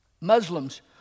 Muslims